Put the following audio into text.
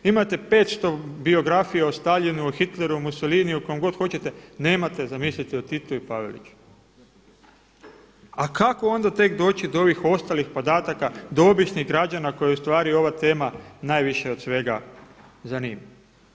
Imate 500 biografija o Staljinu, Hitleru, Mussoliniju kojem god hoćete, nemate zamislite o Titu i Paveliću, a kako onda tek doći do ovih ostalih podataka do običnih građana koje ova tema najviše od svega zanima.